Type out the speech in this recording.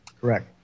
Correct